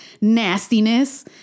nastiness